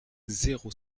zéro